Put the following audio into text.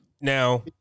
Now